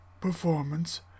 performance